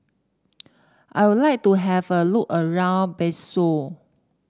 I would like to have a look around Bissau